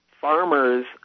farmers